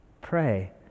pray